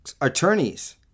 attorneys